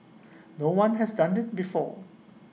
no one has done before